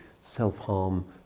self-harm